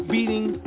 beating